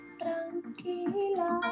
tranquila